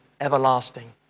everlasting